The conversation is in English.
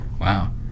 Wow